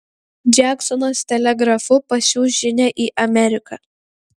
džeksonas telegrafu pasiųs žinią į ameriką